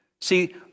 See